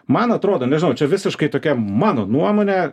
man atrodo nežinau čia visiškai tokia mano nuomonė